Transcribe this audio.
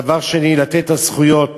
דבר שני, לתת את הזכויות